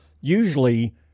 usually